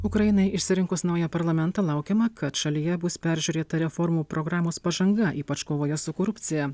ukrainai išsirinkus naują parlamentą laukiama kad šalyje bus peržiūrėta reformų programos pažanga ypač kovoje su korupcija